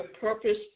purpose